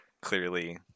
clearly